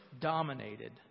dominated